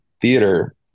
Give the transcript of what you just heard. theater